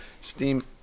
Steam